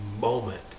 moment